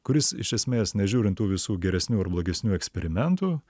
kuris iš esmės nežiūrint tų visų geresnių ar blogesnių eksperimentų